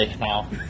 now